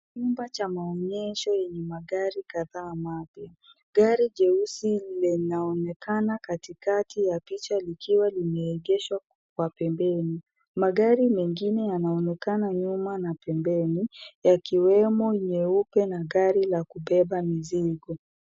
Chumba cha maonyesho yenye magari kadhaa mapya. Gari jeusi linaonekana katikakati ya picha likiwa limeegeshwa kwa pembeni. Magari mengine yanaonekana nyuma na pembeni yakiwemo nyeupe na gari la kubeba mizigo.